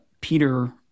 peter